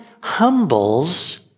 humbles